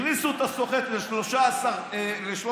הכניסה את הסוחט ל-13 שנים.